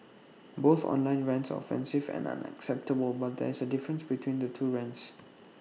both online rants are offensive and unacceptable but there is A difference between the two rants